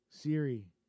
Siri